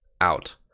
out